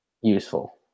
useful